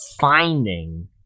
finding